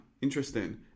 interesting